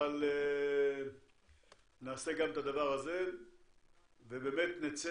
אבל נעשה גם את הדבר הזה ובאמת נצא